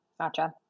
Gotcha